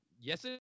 Yes